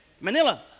Manila